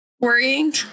worrying